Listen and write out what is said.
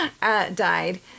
died